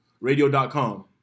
radio.com